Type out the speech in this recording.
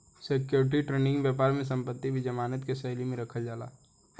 security trading बैपार में संपत्ति भी जमानत के शैली में रखल जाला